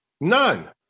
None